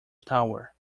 tower